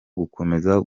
gukomeza